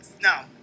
no